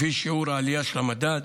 לפי שיעור העלייה של המדד,